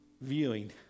viewing